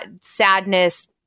sadness